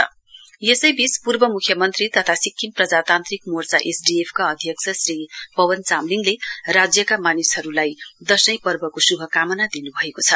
Chamling greetings पूर्व म्ख्यमन्त्री तथा सिक्किम प्रजातान्त्रिक मोर्चा एसडीएफका अध्यक्ष श्री पवन चामलिङले राज्यका मानिसहरूलाई दझैं पर्वको श्भकामना दिन्भएको छ